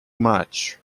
much